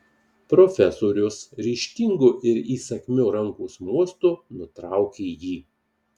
profesorius ryžtingu ir įsakmiu rankos mostu nutraukė jį